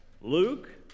Luke